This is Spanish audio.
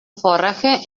forraje